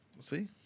see